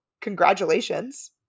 congratulations